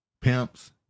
pimps